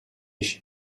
chez